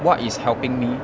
what is helping me